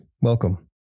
welcome